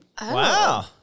Wow